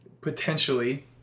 potentially